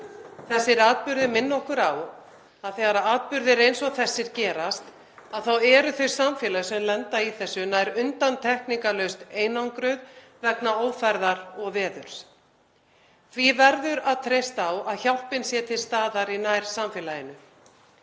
Þessir atburðir minna okkur á að þegar atburðir eins og þessir gerast þá eru þau samfélög sem lenda í þessu nær undantekningarlaust einangruð vegna ófærðar og veðurs. Því verður að treysta á að hjálpin sé til staðar í nærsamfélaginu.